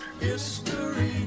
history